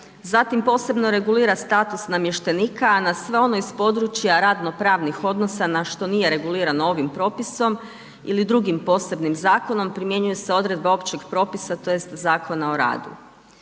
zatim posebno regulira status namještenika a na sve ono iz područja radno-pravnih odnosa na što nije regulirano ovim propisom ili drugim posebnim zakonom, primjenjuje se odredba općeg propisa tj. Zakona o radu.